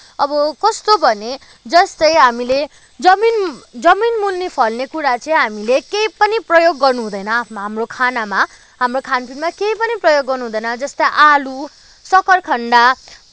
अब कस्तो भने जस्तै हामीले जमिन जमिनमुनि फल्ने कुरा चाहिँ हामीले केही पनि प्रयोग गर्नु हुँदैन आफ्नो हाम्रो खानामा हाम्रो खानपिनमा केही पनि प्रयोग गर्नु हुँदैन जस्तो आलु सक्खरखन्ड